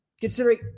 Considering